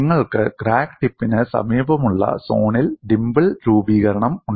നിങ്ങൾക്ക് ക്രാക്ക് ടിപ്പിന് സമീപമുള്ള സോണിൽ ഡിംപിൾ രൂപീകരണം ഉണ്ട്